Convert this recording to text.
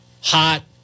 hot